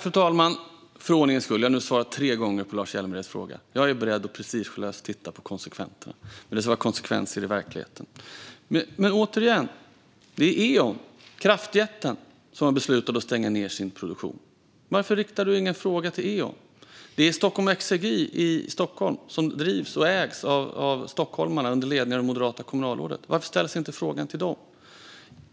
Fru talman! För ordningens skull; jag har nu svarat tre gånger på Lars Hjälmereds fråga. Jag är beredd att prestigelöst titta på konsekvenserna, men det ska vara konsekvenser i verkligheten. Men återigen säger jag att det är Eon, kraftjätten, som har beslutat att stänga ned sin produktion. Varför riktar du ingen fråga till Eon? Stockholm Exergi i Stockholm drivs och ägs av stockholmarna under ledning av det moderata kommunalrådet. Varför ställs inte frågan till dem?